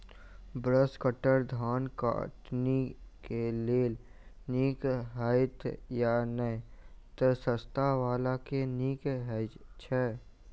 Brush cutter धान कटनी केँ लेल नीक हएत या नै तऽ सस्ता वला केँ नीक हय छै?